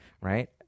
right